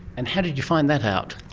and how did you find that out?